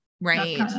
Right